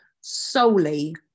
solely